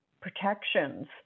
protections